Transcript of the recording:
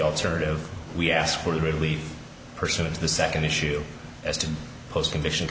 alternative we ask for the release person of the second issue as to post conviction